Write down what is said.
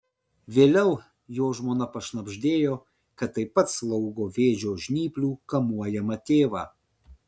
vėliau jo žmona pašnabždėjo kad taip pat slaugo vėžio žnyplių kamuojamą tėvą